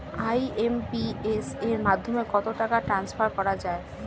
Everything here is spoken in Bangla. আই.এম.পি.এস এর মাধ্যমে কত টাকা ট্রান্সফার করা যায়?